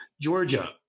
Georgia